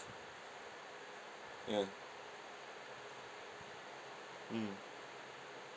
ya mm